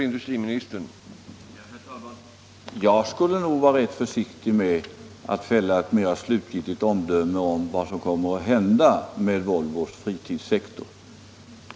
Herr talman! Jag skulle nog vara rätt försiktig med att fälla ett mera slutgiltigt omdöme om vad som kommer att hända med Volvos fritidssektor.